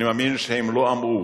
אני מאמין שהם לא אמרו